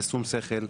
בשום שכל,